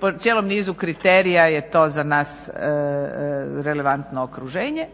po cijelom nizu kriterija je to za nas relevantno okruženje.